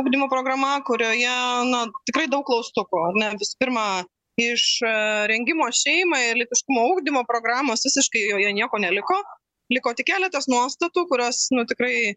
ugdymo programa kurioje na tikrai daug klaustukų na visų pirma iš rengimo šeimai lytiškumo ugdymo programos visiškai joje nieko neliko liko tik keletas nuostatų kurios nu tikrai